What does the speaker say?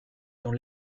dans